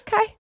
Okay